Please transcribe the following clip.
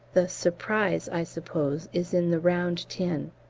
the surprise, i suppose, is in the round tin.